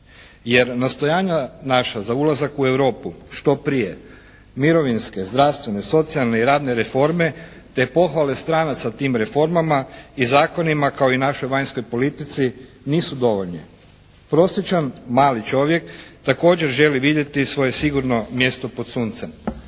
jer nastojanja naša za ulazak u Europu što prije, mirovinske, zdravstvene, socijalne i radne reforme te pohvale stranaca tim reformama i zakonima kao i našoj vanjskoj politici nisu dovoljni. Prosječan mali čovjek također želi vidjeti svoje sigurno mjesto pod suncem.